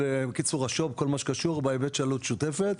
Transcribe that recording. בקיצור השו"ב כל מה שקשור בהיבט של עלות שוטפת.